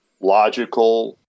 logical